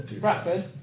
Bradford